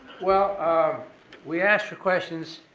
well we asked for questions,